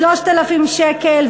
3,000 שקל,